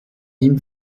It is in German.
ihm